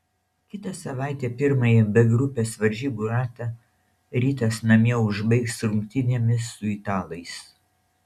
kitą savaitę pirmąjį b grupės varžybų ratą rytas namie užbaigs rungtynėmis su italais